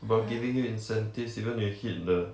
about giving you incentives even you hit the